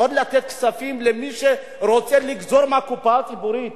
עוד לתת כספים למי שרוצה לגזור מהקופה הציבורית?